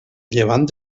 llevant